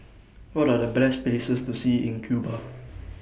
What Are The Best Places to See in Cuba